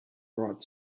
brought